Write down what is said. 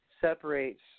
separates